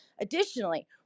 Additionally